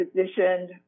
positioned